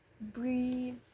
breathe